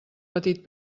petit